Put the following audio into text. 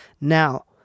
Now